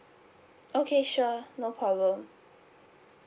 okay sure no problem